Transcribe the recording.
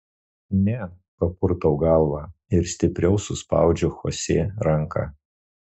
ne papurtau galvą ir stipriau suspaudžiu chosė ranką